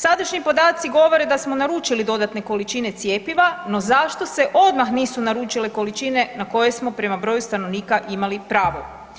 Sadašnji podaci govore da smo naručili dodatne količine cjepiva, no zašto se odmah nisu naručile količine na koje smo prema broju stanovnika imali pravo?